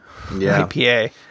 IPA